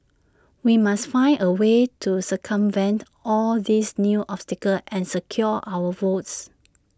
we must find A way to circumvent all these new obstacles and secure our votes